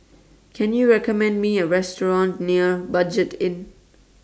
Can YOU recommend Me A Restaurant near Budget Inn